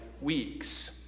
weeks